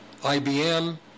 IBM